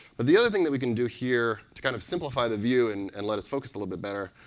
but the other thing that we can do here, to kind of simplify the view and and let us focus a little bit better,